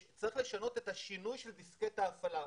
כי צריך לשנות את דיסקט ההפעלה.